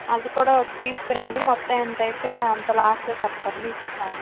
అది కూడా తీసుకురండి మొత్తం ఎంతైతే అంత లాస్ట్ లో చెప్పండి ఇస్తాము